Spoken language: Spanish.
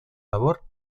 labor